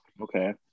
Okay